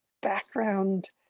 background